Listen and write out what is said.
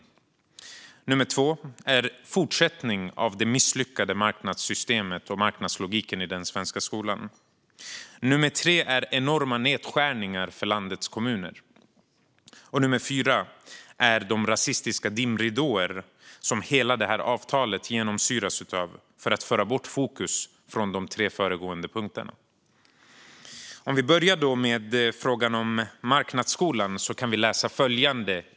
För det andra handlar det om en fortsättning på det misslyckade marknadssystemet och marknadslogiken i den svenska skolan. För det tredje handlar det om enorma nedskärningar för landets kommuner. För det fjärde handlar det om de rasistiska dimridåer som hela det här avtalet genomsyras av för att föra bort fokus från de tre föregående punkterna. Jag börjar med frågan om marknadsskolan.